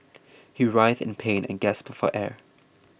he writhed in pain and gasped for air